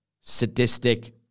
sadistic